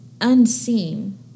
unseen